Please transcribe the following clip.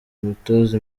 umutoza